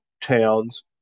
towns